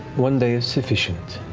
one day is sufficient.